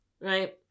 right